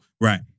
right